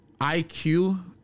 IQ